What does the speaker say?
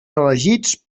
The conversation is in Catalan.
elegits